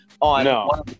on